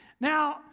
Now